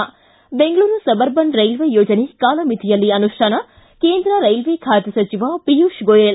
ಿ Bengaluru suburban railway ಯೋಜನೆ ಕಾಲಮಿತಿಯಲ್ಲಿ ಅನುಷ್ಠಾನ ಕೇಂದ್ರ ರೈಲ್ವೆ ಖಾತೆ ಸಚಿವ ಪಿಯೂಷ್ ಗೋಯಲ್